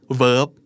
verb